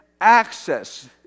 access